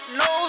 no